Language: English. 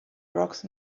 rocks